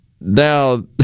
Now